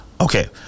Okay